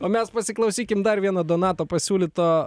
o mes pasiklausykim dar vieno donato pasiūlyto